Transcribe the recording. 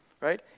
right